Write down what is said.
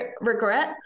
regret